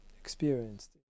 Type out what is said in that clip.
experienced